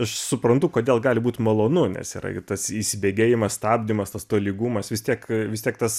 aš suprantu kodėl gali būt malonu nes yra ir tas įsibėgėjimas stabdymas tas tolygumas vis tiek vis tiek tas